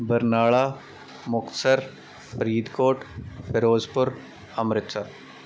Barnala Muktsar Faridkot Firozpur Amritsar